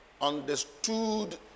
understood